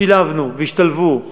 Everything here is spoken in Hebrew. שילבנו והשתלבו אלפים,